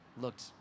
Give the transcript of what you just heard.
looked